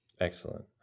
Excellent